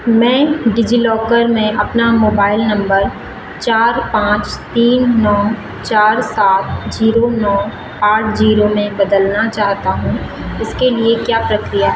मैं डिजिलॉकर में अपना मोबाइल नंबर चार पाँच तीन नौ चार सात जीरो नौ आठ जीरो में बदलना चाहता हूँ इसके लिए क्या प्रक्रिया है